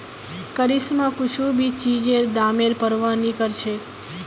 करिश्मा कुछू भी चीजेर दामेर प्रवाह नी करछेक